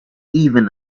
even